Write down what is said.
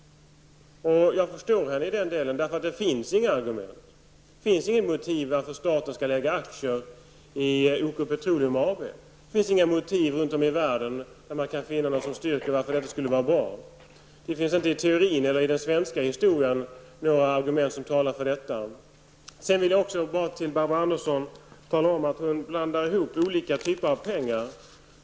Jag förstår henne i den delen, eftersom det inte finns några argument. Det finns inget motiv till varför staten skall äga aktier i OK Petroleum AB. Man kan runt om i världen inte finna något som styrker varför detta skulle vara bra. Det finns inte i teorin eller i den svenska historien något argument som talar för detta. Jag vill också tala om för Barbro Andersson att hon blandar ihop olika slags pengar.